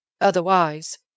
otherwise